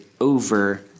over